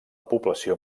població